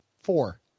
four